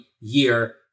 year